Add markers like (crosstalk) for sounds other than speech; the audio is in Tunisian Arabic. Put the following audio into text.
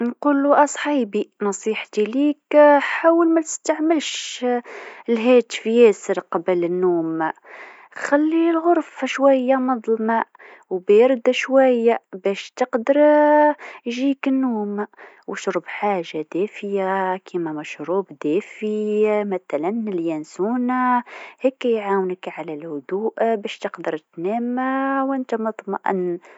نقلو اصحيبي نصيحتي ليك (hesitation) حاول ما تستعملش الهاتف ياسر قبل النوم، خلي البيت ظلمه شويه وبارده شويه باش تقدر (hesitation) يجيك النوم واشرب حاجه دافيه كيما مشروب دافي (hesitation) مثلا اليانسون (hesitation) هكه يعاونك على الهدوء باش تقدر ترقد (hesitation) وانت مطمان,